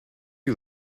you